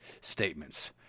statements